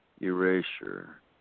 erasure